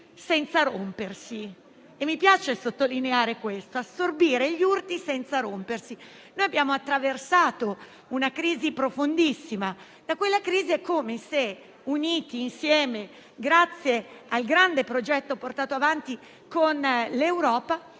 senza rompersi e mi piace sottolineare proprio questo: assorbire gli urti senza rompersi. Abbiamo attraversato una crisi profondissima dalla quale, uniti, grazie al grande progetto portato avanti con l'Europa,